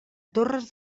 torres